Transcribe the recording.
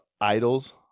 Idols